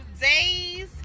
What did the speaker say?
days